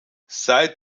seit